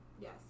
Yes